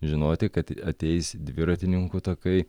žinoti kad ateis dviratininkų takai